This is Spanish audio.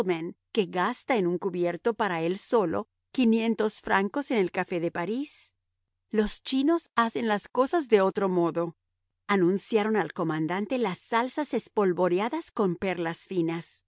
que gasta en un cubierto para él solo quinientos francos en el café de parís los chinos hacen las cosas de otro modo anunciaron al comandante las salsas espolvoreadas con perlas finas